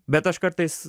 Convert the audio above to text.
bet aš kartais